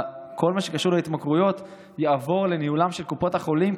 שכל מה שקשור להתמכרויות יעבור לניהולן של קופות החולים,